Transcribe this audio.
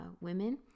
women